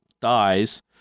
dies